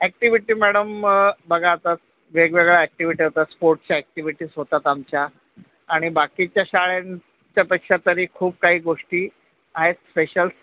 activity madam बघा आता वेगवेगळ्या ॲक्टिव्हिटी होतात स्पोर्ट्सच्या ॲक्टिविटीज होतात आमच्या आणि बाकीच्या शाळेंच्यापेक्षा तरी खूप काही गोष्टी आहेत स्पेशल